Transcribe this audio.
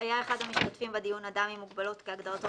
היה אחד המשתתפים בדיון אדם עם מוגבלות כהגדרתו